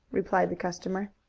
replied the customer.